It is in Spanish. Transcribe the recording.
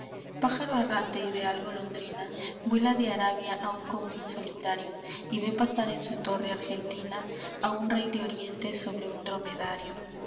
pájaro errante ideal golondrina vuela de arabia a un confín solitario y ve pasar en su torre argentina a un rey de oriente sobre un dromedario